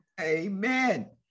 Amen